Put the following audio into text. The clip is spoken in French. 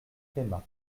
premat